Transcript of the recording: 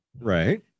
Right